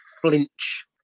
flinch